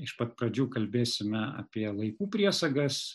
iš pat pradžių kalbėsime apie laikų priesagas